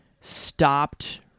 stopped